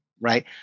right